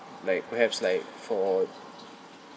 like perhaps like for